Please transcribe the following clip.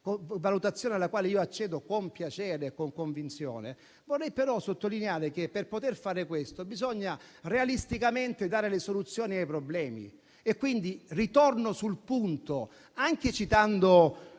(valutazione alla quale io accedo con piacere e convinzione), vorrei sottolineare che per poter fare questo bisogna realisticamente dare le soluzioni ai problemi. Ritorno sul punto, citando